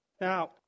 Now